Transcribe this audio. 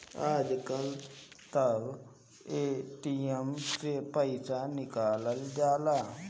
आजकल तअ ए.टी.एम से पइसा निकल जाला